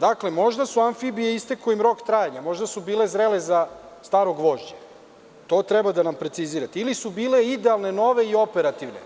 Dakle, možda je amfibijama istekao rok trajanja, možda su bile zrele za staro gvožđe, to treba da nam precizirate, ili su bile idealne, nove i operativne,